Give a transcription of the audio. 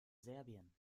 serbien